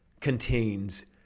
contains